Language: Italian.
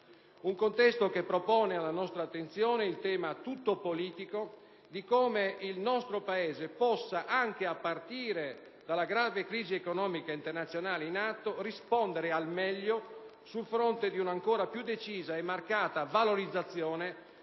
un contesto che propone alla nostra attenzione il tema tutto politico di come il nostro Paese possa, anche a partire dalla grave crisi economica internazionale in atto, rispondere al meglio sul fronte di un'ancora più decisa e marcata valorizzazione